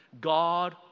God